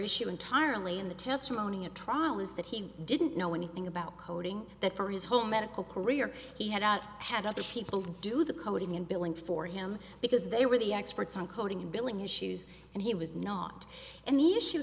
issue entirely in the testimony at trial is that he didn't know anything about coding that for his whole medical career he had out had other people do the coding and billing for him because they were the experts on coding and billing issues and he was not and the issue